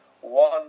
one